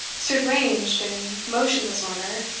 stood ranged in motionless order,